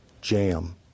jam